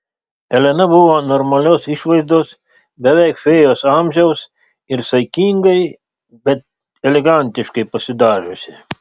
elena buvo normalios išvaizdos beveik fėjos amžiaus ir saikingai bet elegantiškai pasidažiusi